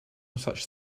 such